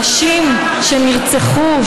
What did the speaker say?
הנשים שנרצחו,